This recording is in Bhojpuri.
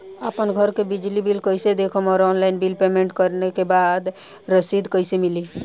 आपन घर के बिजली बिल कईसे देखम् और ऑनलाइन बिल पेमेंट करे के बाद रसीद कईसे मिली?